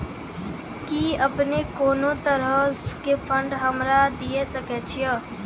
कि अपने कोनो तरहो के फंड हमरा दिये सकै छिये?